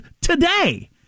today